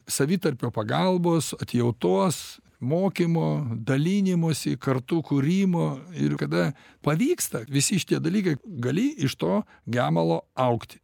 savitarpio pagalbos atjautos mokymo dalinimosi kartu kūrimo ir kada pavyksta visi šitie dalykai gali iš to gemalo augti